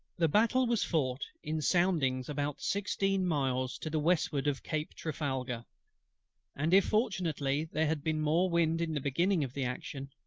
the battle was fought in soundings about sixteen miles to the westward of cape trafalgar and if fortunately there had been more wind in the beginning of the action,